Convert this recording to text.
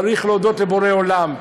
צריך להודות לבורא עולם.